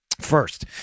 First